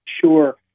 Sure